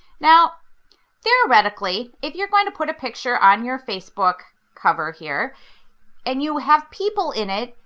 now theoretically, if you're going to put a picture on your facebook cover here and you have people in it,